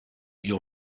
your